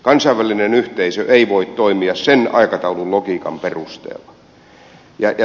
kansainvälinen yhteisö ei voi toimia sen aikataulun logiikan perusteella